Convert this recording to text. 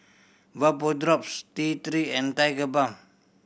Vapodrops T Three and Tigerbalm